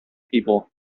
people